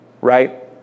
right